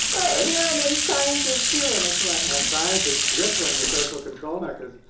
right, you know and and science is too in its way, huh? and science is bristling with social control mechanisms.